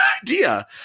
idea